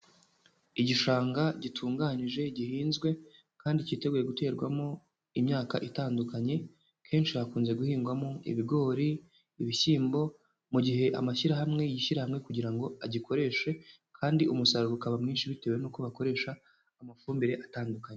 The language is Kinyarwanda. Igishanga gitunganyije gihinzwe, kandi kiteguye guterwamo imyaka itandukanye. Kenshi hakunze guhingwamo ibigori, ibishyimbo, mu gihe amashyirahamwe, yishyiraha hamwe kugira ngo agikoreshe. Kandi umusaruro ukaba mwinshi, bitewe n'uko bakoresha amafumbire atandukanye.